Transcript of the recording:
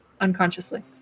unconsciously